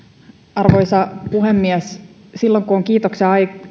arvoisa puhemies silloin kun on kiitoksen